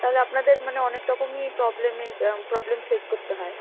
তালে আপনাদের মানে অনেক রকমই প্রবলেমে প্রবলেম ফেস করতে হয়